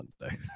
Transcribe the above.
Monday